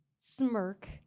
smirk